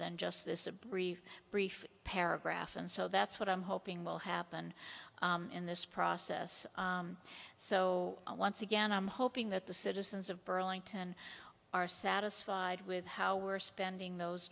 than just this a brief brief paragraph and so that's what i'm hoping will happen in this process so once again i'm hoping that the citizens of burlington are satisfied with how we're spending those